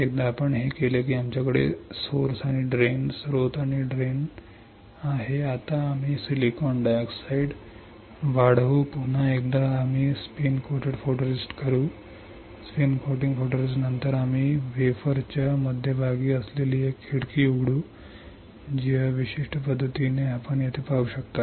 एकदा आपण हे केले की आमच्याकडे स्त्रोत आणि निचरा आहे आता आम्ही सिलिकॉन डायऑक्साइड वाढवू पुन्हा एकदा आम्ही स्पिन कोट फोटोरिस्टिस्ट करू स्पिन कोटिंग फोटोरिस्टिस्ट नंतर आम्ही वेफरच्या मध्यभागी असलेली एक खिडकी उघडू जी या विशिष्ट पद्धतीने आपण येथे पाहू शकता